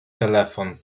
telefon